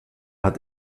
hat